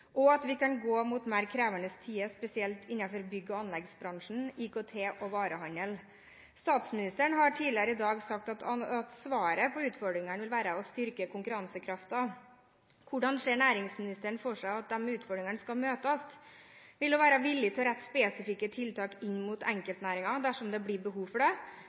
og at vi kan gå mot mer krevende tider, spesielt innenfor bygge- og anleggsbransjen, IKT og varehandel. Statsministeren har tidligere i dag sagt at svaret på utfordringene vil være å styrke konkurransekraften. Hvordan ser næringsministeren for seg at disse utfordringene skal møtes? Vil hun være villig til å rette spesifikke tiltak inn mot enkeltnæringer dersom det blir behov for det,